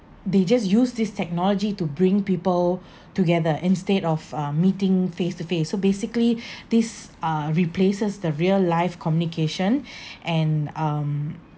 they just use this technology to bring people together instead of meeting face to face so basically these uh replaces the real life communication and um